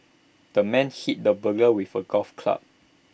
the man hit the burglar with A golf club